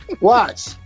Watch